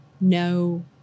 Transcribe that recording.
no